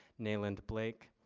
nayland blake,